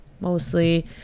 mostly